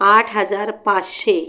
आठ हजार पाचशे